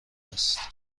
است